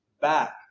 back